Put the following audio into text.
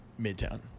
Midtown